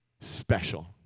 special